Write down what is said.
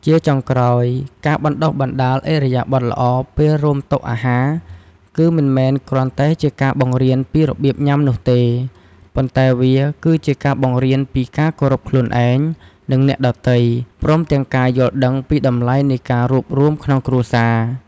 ជាចុងក្រោយការបណ្តុះបណ្តាលឥរិយាបថល្អពេលរួមតុអាហារ គឺមិនមែនគ្រាន់តែជាការបង្រៀនពីរបៀបញ៉ាំនោះទេ ប៉ុន្តែវាគឺជាការបង្រៀនពីការគោរពខ្លួនឯង និងអ្នកដទៃ ព្រមទាំងការយល់ដឹងពីតម្លៃនៃការរួបរួមក្នុងគ្រួសារ។